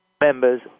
members